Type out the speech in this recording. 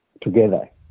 together